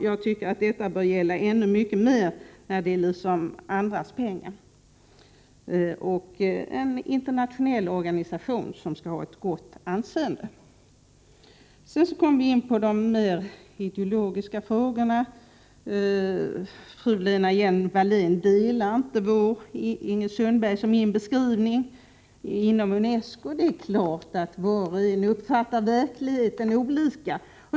Jag tycker att detta bör gälla i ännu högre grad när det är fråga om andras pengar och en internationell organisation, som bör ha ett gott anseende. Så kom vi in på de mer ideologiska frågorna. Fru Lena Hjelm-Wallén instämmer inte i Ingrid Sundbergs och min beskrivning av förhållandena i UNESCO. Var och en kan naturligtvis uppfatta verkligheten olika.